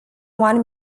one